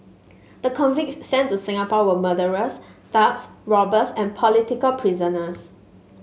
the convicts sent to Singapore were murderers thugs robbers and political prisoners